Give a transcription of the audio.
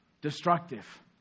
destructive